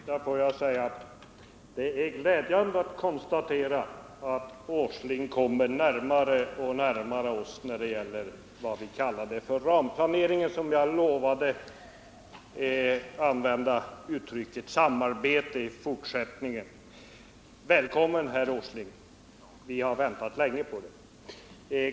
Herr talman! Till det sista vill jag säga att det är glädjande att kunna konstatera att Nils Åsling kommer närmare och närmare oss när det gäller det som vi kallat för ramplanering men som jag lovat att i fortsättningen kalla för samarbete. Välkommen, herr Åsling! Vi har väntat länge.